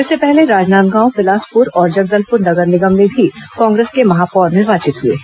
इससे पहले राजनांदगांव बिलासपुर और जगदलपुर नगर निगम में भी कांग्रेस के महापौर निर्वाचित हुए हैं